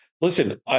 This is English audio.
Listen